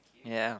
ya